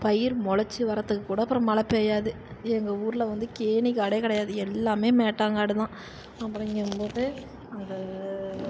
பயிர் முளச்சு வர்றதுக்கு கூட அப்புறம் மழ பெய்யாது எங்கள் ஊரில் வந்து கேணி காடே கிடையாது எல்லாமே மேட்டாங்காடு தான் அப்படிங்கம்போது அந்த